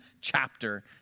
chapter